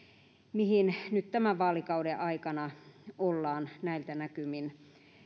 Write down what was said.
mihin nyt tämän vaalikauden aikana ollaan näillä näkymin